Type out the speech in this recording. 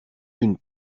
une